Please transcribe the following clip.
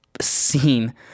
scene